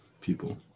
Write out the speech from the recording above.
people